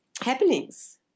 happenings